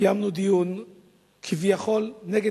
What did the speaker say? קיימנו דיון כביכול נגד